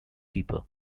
keeper